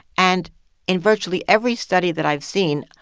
and in virtually every study that i've seen,